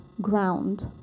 ground